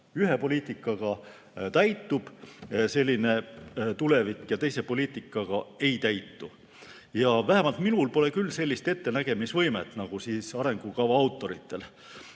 Ühe poliitikaga täitub selline tulevik[uennustus] ja teise poliitikaga ei täitu. Vähemalt minul pole küll sellist ettenägemisvõimet nagu arengukava autoritel,